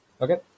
okay